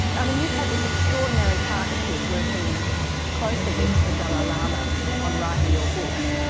and and you've had this extraordinary partnership working closely with the dalai lama on writing your books,